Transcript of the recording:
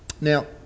Now